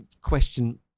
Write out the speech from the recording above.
question